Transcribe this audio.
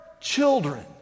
children